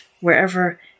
wherever